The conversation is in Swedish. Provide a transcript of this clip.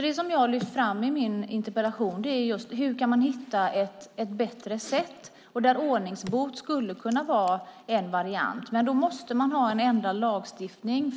Det jag har lyft fram i min interpellation är alltså just: Hur kan man hitta ett bättre sätt? Ordningsbot skulle kunna vara en variant, men då måste man ha en ändrad lagstiftning.